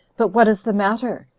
but what is the matter?